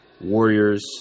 Warriors